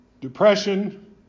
depression